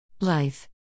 Life